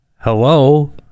hello